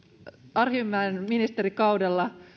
arhinmäen ministerikaudella